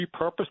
repurpose